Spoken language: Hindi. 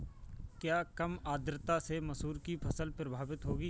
क्या कम आर्द्रता से मसूर की फसल प्रभावित होगी?